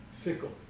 fickle